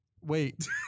Wait